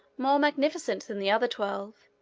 more magnificent than the other twelve,